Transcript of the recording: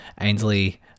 Ainsley